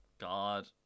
God